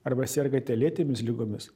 arba sergate lėtinėmis ligomis